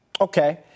Okay